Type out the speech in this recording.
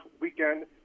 weekend